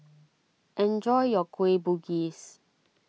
enjoy your Kueh Bugis